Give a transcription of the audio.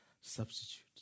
substitute